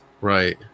right